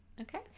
okay